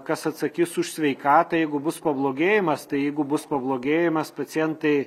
kas atsakys už sveikatą jeigu bus pablogėjimas tai jeigu bus pablogėjimas pacientai